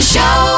Show